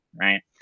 right